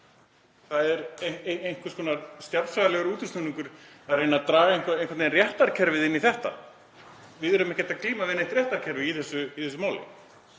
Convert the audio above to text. Það er einhvers konar stjarnfræðilegur útúrsnúningur að reyna að draga réttarkerfið inn í þetta. Við erum ekki að glíma við neitt réttarkerfi í þessu máli.